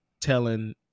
telling